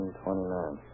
1929